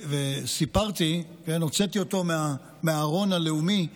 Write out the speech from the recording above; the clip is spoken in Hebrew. הוצאתי אותו מהארון הלאומי,